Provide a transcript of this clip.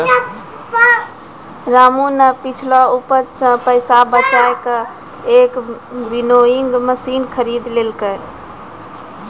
रामू नॅ पिछलो उपज सॅ पैसा बजाय कॅ एक विनोइंग मशीन खरीदी लेलकै